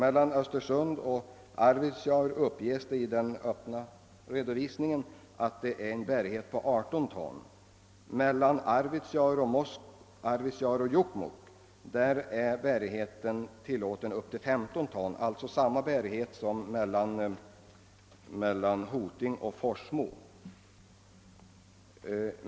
I den öppna redovisningen uppges att bärigheten mellan Östersund och Arvidsjaur är 18 ton och mellan Arvidsjaur och Jokkmokk upp till 15 ton — alltså samma bärighet som mellan Hoting och Forsmo.